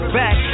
back